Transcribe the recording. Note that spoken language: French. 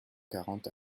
quarante